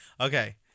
Okay